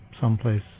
someplace